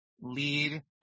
Lead